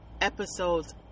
episodes